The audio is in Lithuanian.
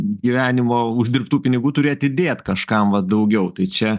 gyvenimo uždirbtų pinigų turi atidėt kažkam vat daugiau tai čia